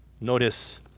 Notice